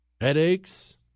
Headaches